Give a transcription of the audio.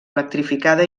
electrificada